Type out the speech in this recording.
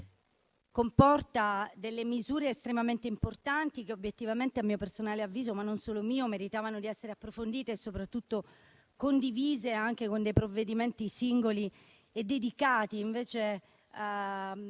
contiene alcune misure estremamente importanti che obiettivamente, a mio personale avviso ma non solo mio, meritavano di essere approfondite e soprattutto condivise con provvedimenti singoli e dedicati. Invece